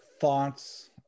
thoughts